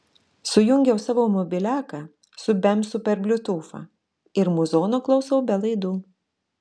sujungiau savo mobiliaką su bemsu per bliutūfą ir muzono klausau be laidų